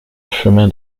chemin